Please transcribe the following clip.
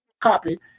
copy